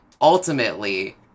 ultimately